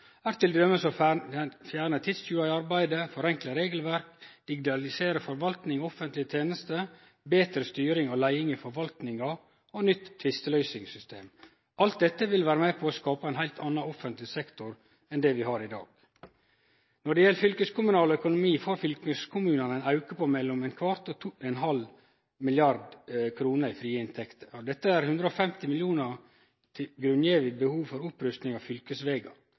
fjerne tidstjuvar i arbeidet, forenkle regelverk, digitalisere forvaltninga og offentlige tenester, betre styring og leiing i forvaltninga og nytt tvisteløysingssystem. Alt dette vil vere med på å skape ein heilt annan offentleg sektor enn det vi har i dag. Når det gjeld fylkeskommunal økonomi, får fylkeskommunane ein auke på mellom ein kvart og ein halv milliard kroner i frie inntekter. Av dette er 150 mill. kr grunngjeve i behov for opprusting av